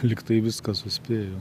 lyg tai viską suspėju